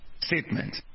statement